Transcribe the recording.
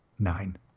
Nine